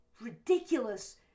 ridiculous